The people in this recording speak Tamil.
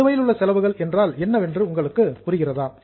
நிலுவையிலுள்ள செலவுகள் என்றால் என்னவென்று உங்களுக்கு புரிகிறதா